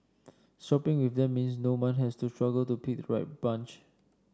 shopping with them means no one has to struggle to pick right bunch